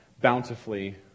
bountifully